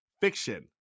Fiction